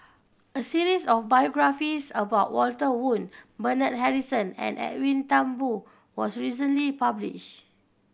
a series of biographies about Walter Woon Bernard Harrison and Edwin Thumboo was recently published